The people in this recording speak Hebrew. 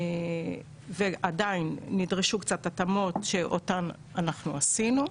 ועדיין נדרשו קצת התאמות שאותן אנחנו עשינו.